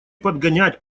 подгонять